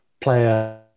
player